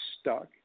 stuck